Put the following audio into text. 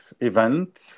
event